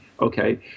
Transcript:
okay